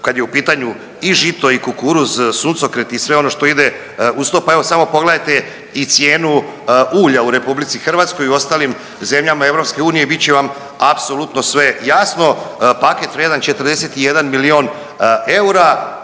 kad je u pitanju i žito i kukuruz, suncokret i sve ono što ide uz to, pa evo samo pogledajte i cijenu ulja u RH i u ostalim zemljama EU i bit će vam apsolutno sve jasno. Paket vrijedan 41 milion eura